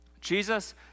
Jesus